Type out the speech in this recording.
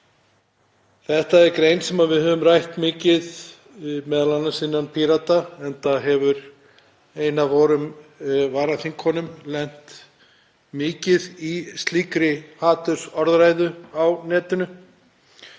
Þetta er grein sem við höfum rætt mikið, m.a. innan Pírata, enda hefur ein af vorum varaþingkonum lent mikið í slíkri hatursorðræðu á netinu.